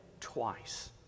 twice